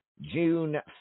June